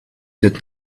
that